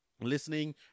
Listening